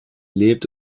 lebt